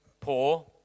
poor